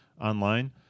online